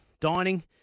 dining